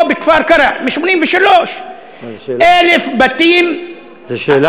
או בכפר-קרע, ב-1983, 1,000 בתים, זאת שאלה?